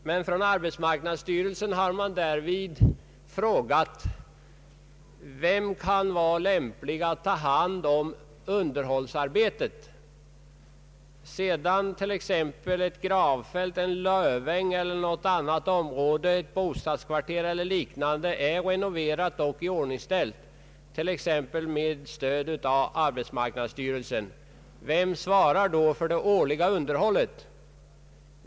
Men från arbetsmarknadsstyrelsen har man frå gat vem som kan vara lämplig att ta hand om underhållsarbetet, efter det att exempelvis ett gravfält, en löväng, ett bostadskvarter eller något annat område är renoverat och iordningställt med hjälp av arbetsmarknadsstyrelsen. Vem svarar då för det årliga underhållet?